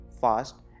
fast